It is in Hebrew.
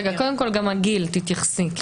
קודם כול, תתייחסי גם לגיל.